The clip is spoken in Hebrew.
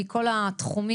טוב,